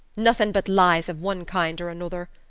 nothin' but lies of one kind or another!